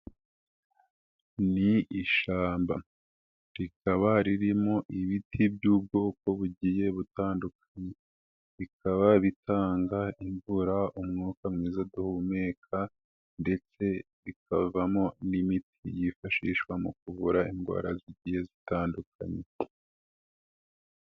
Ni ishyamba, rikaba ririmo ibiti by'ubwoko bugiye butandukanye, bikaba bitanga imvura, umwuka mwiza duhumeka ndetse bikavamo n'imiti yifashishwa mu kuvura indwara zigiye zitandukanye.